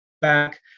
back